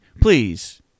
please